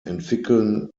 entwickeln